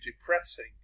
depressing